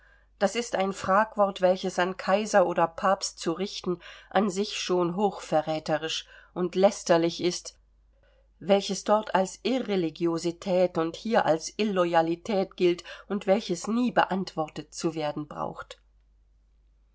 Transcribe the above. das ist ein fragwort welches an kaiser oder papst zu richten an sich schon hochverräterisch und lästerlich ist welches dort als irreligiosität und hier als illoyalität gilt und welches nie beantwortet zu werden braucht